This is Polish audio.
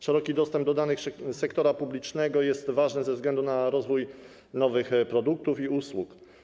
Szeroki dostęp do danych sektora publicznego jest ważny ze względu na rozwój nowych produktów i usług.